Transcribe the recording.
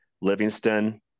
Livingston